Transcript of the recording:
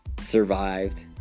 survived